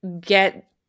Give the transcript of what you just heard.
get